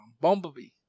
Bumblebee